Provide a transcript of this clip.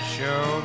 show